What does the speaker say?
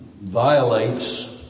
violates